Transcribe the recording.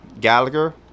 Gallagher